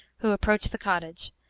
who approached the cottage,